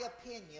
opinion